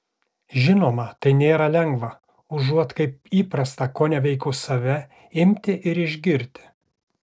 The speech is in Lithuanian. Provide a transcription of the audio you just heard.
žinoma tai nėra lengva užuot kaip įprasta koneveikus save imti ir išgirti